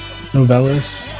novellas